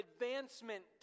advancement